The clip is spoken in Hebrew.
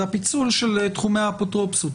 זה הפיצול של תחומי האפוטרופסות,